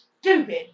stupid